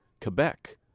Quebec